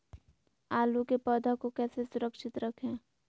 आलू के पौधा को कैसे सुरक्षित रखें?